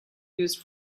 used